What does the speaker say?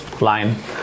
line